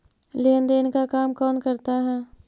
लेन देन का काम कौन करता है?